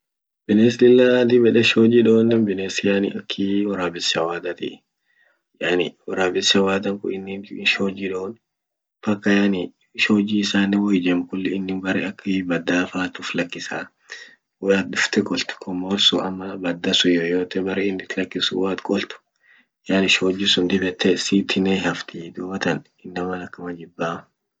Bines lilla dib yede shoji Donen bines yani aki worabes shawadatii. yani worabes shawadakun inin juu shoji doon mpaka yani shoji isa woijem kulli ini bere akii badafat uf lakisaa woatin dufte qolt qomor sun ama badda sun yeyote bere inin itlakis sun woat qolt yani shoji sun dib yette sitinen hiafti dubatan innama akama jibba.